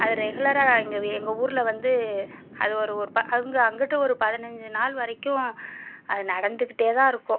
அது ரெகுலராக எங்கள் எங்கள் ஊரில் வந்து அது ஒரு அங்கு அங்குட்டு ஒரு பதினஞ்சு நாள் வரைக்கும் அது நடந்துக்கிட்டே தான் இருக்கும்